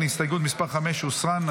הסתייגות מס' 5 הוסרה.